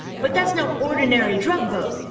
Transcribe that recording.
but that's no ordinary drug boat.